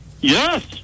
Yes